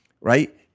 right